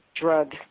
drug